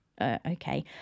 Okay